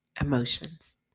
emotions